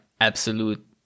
absolute